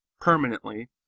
permanently